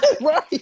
Right